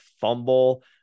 fumble